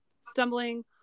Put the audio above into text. stumbling